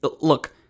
look